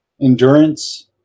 endurance